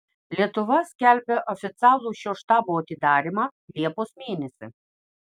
lietuva skelbia oficialų šio štabo atidarymą liepos mėnesį